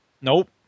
Nope